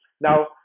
Now